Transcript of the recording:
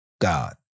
God